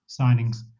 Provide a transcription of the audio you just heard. signings